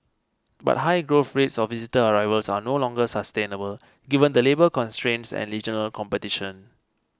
but high growth rates of visitor arrivals are no longer sustainable given the labour constraints and regional competition